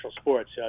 sports